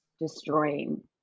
destroying